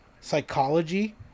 psychology